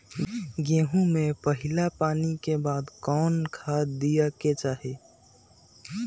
गेंहू में पहिला पानी के बाद कौन खाद दिया के चाही?